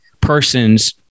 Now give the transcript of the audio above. persons